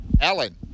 alan